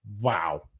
wow